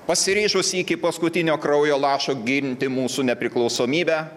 pasiryžusi iki paskutinio kraujo lašo ginti mūsų nepriklausomybę